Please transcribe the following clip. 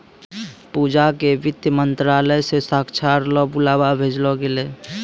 पूजा क वित्त मंत्रालय स साक्षात्कार ल बुलावा भेजलो गेलै